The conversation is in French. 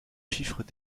chiffres